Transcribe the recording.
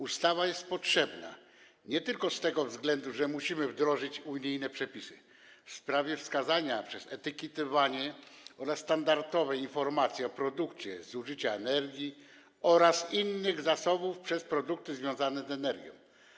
Ustawa jest potrzebna nie tylko z tego względu, że musimy wdrożyć unijne przepisy w sprawie wskazania poprzez etykietowanie oraz standardowe informacje o produkcie zużycia energii oraz innych zasobów przez produkty związane z energią.